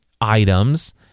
items